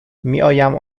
میآیم